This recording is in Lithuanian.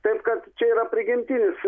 taip kad čia yra prigimtinis